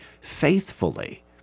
faithfully